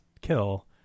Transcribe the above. kill